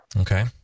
Okay